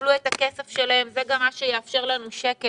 יקבלו את הכסף שלהם וזה גם מה שיאפשר לנו שקט